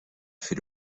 fait